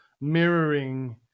mirroring